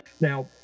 Now